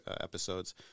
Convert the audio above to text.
episodes